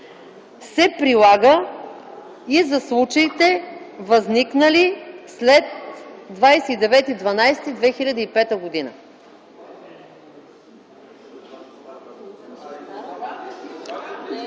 се прилага и за случаите, възникнали след 29.12.2005 г.”